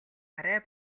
арай